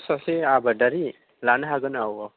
औ आंथ' सासे आबादारि लानो हागोन औ औ